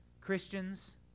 Christians